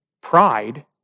Pride